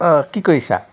অ' কি কৰিছা